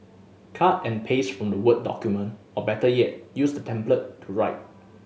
cut and paste from the word document or better yet use the template to write